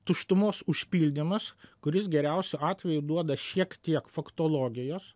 tuštumos užpildymas kuris geriausiu atveju duoda šiek tiek faktologijos